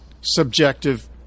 subjective